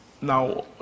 Now